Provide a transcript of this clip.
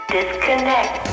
Disconnect